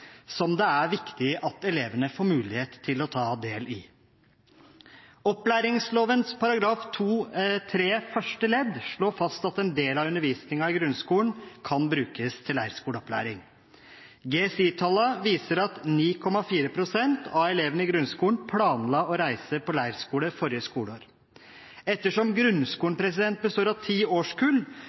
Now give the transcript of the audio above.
som det er viktig at elevene får mulighet til å ta del i. Opplæringsloven § 2-3 første ledd slår fast at en del av undervisningstiden i grunnskolen kan brukes til leirskoleopplæring. GSI-tallene viser at 9,4 pst. av elevene i grunnskolen planla å reise på leirskole forrige skoleår. Ettersom grunnskolen består av ti